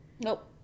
Nope